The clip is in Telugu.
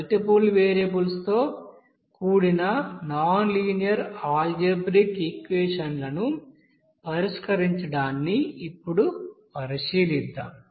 మల్టిపుల్ వేరియబుల్స్తో కూడిన నాన్ లినియర్ అల్జెబ్రిక్ ఈక్వెషన్లను పరిష్కరించడాన్ని ఇప్పుడు పరిశీలిద్దాం